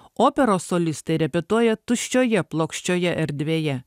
operos solistai repetuoja tuščioje plokščioje erdvėje